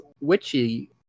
witchy